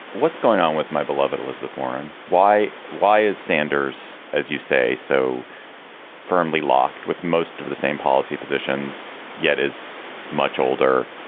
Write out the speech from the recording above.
what's going on with my beloved elizabeth warren? why? why is sanders, as you say, so firmly locked with most of the same policy positions, yet as much older,